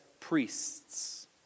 priests